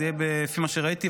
לפי מה שראיתי,